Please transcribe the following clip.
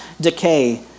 decay